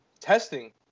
testing